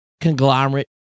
conglomerate